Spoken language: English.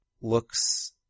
looks